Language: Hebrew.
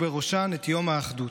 ובראשן את יום האחדות,